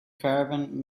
caravan